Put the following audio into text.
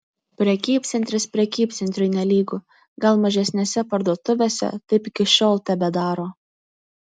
prekybcentris prekybcentriui nelygu gal mažesnėse parduotuvėse taip iki šiol tebedaro